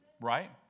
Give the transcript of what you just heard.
Right